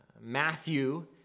Matthew